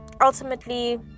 ultimately